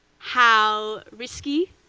how risky,